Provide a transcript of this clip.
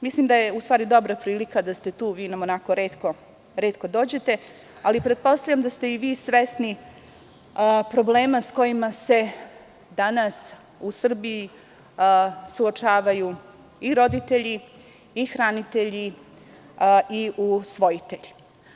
Mislim da je dobra prilika da ste vi tu, vi nam i onako retko dođete, ali pretpostavljam da ste i vi svesni problema sa kojima se danas u Srbiji suočavaju i roditelji, i hranitelji i usvojitelji.